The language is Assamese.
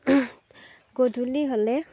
গধূলি হ'লে